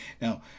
now